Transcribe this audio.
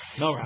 no